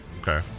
Okay